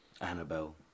Annabelle